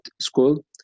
School